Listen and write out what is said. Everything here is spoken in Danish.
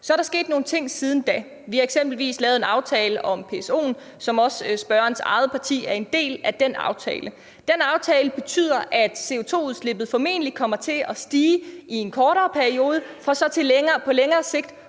Så er der sket nogle ting siden da. Vi har eksempelvis lavet en aftale om PSO'en, hvor også spørgerens eget parti er en del af den aftale. Den aftale betyder, at CO2-udslippet formentlig kommer til at stige i en kortere periode for så på længere sigt